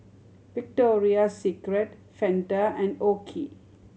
Victoria Secret Fanta and OKI